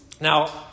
Now